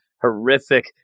horrific